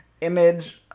image